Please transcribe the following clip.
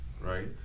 right